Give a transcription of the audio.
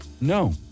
No